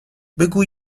بگو